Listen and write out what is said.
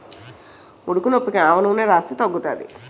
ముడుకునొప్పికి ఆవనూనెని రాస్తే తగ్గుతాది